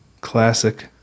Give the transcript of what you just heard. classic